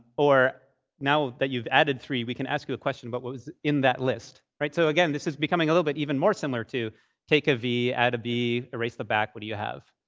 or now that you've added three, we can ask you a question about but what was in that list, right? so again, this is becoming a little bit even more similar to take a v, add a b, erase the back. what do you have?